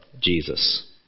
Jesus